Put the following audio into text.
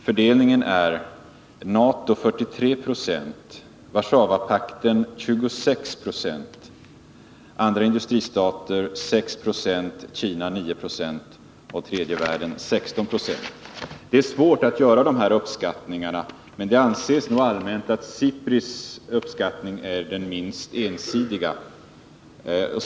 Fördelningen är: NATO 43 96, Warszawapakten 26 90, andra industristater 6 20, Kina 9 90 och tredje världen 16 9. Det är svårt att göra sådana här uppskattningar, men det anses nog allmänt att SIPRI:s uppskattning är den minst ensidiga.